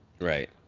Right